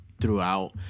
throughout